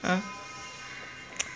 !huh!